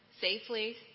safely